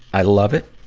i love it.